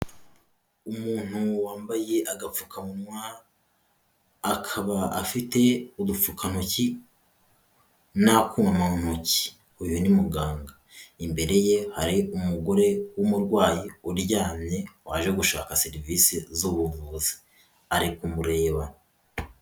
Umuntu wambaye agapfukamunwa akaba afite udupfukantoki n'akuma mu ntoki uyu ni muganga, imbere ye hari umugore w'umurwayi uryamye waje gushaka serivisi z'ubuvuzi ari kumureba.